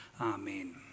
Amen